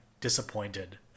disappointed